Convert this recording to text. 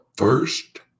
First